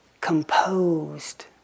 composed